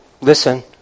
listen